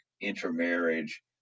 intermarriage